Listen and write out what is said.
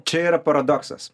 čia yra paradoksas